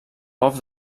golf